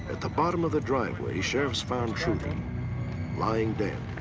and the bottom of the driveway sheriffs found trudy lying dead.